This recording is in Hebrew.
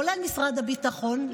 כולל משרד הביטחון,